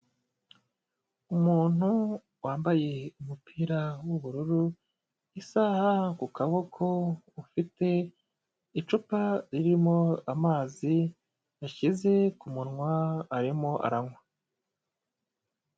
Umuntu wambaye umupira w'ubururu, isaha ku kaboko, ufite icupa ririmo amazi yashyize kumunwa, arimo aranywa.